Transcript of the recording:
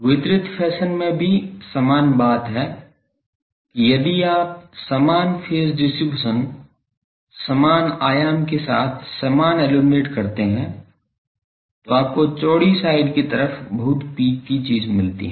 वितरित फैशन में भी समान बात है कि यदि आप समान फेज डिस्ट्रीब्यूशन समान आयाम के साथ समान इल्लुमिनेट करते हैं तो आपको चौड़ी साइड कि तरफ बहुत पीक की चीज मिलती है